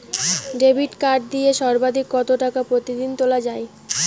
Debit card দিয়ে সর্বাধিক কত টাকা প্রতিদিন তোলা য়ায়?